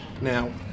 Now